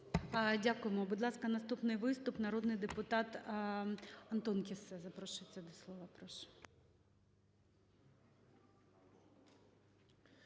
Дякуємо. Будь ласка, наступний виступ. Народний депутат Антон Кіссе запрошується до слова.